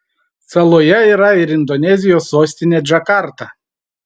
saloje yra ir indonezijos sostinė džakarta